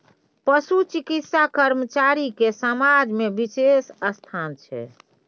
पशु चिकित्सा कर्मचारी के समाज में बिशेष स्थान छै